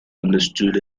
understood